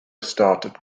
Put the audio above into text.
started